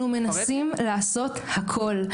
אנחנו מנסים לעשות הכול.